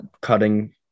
cutting